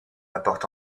apporte